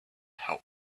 help